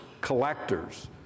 collectors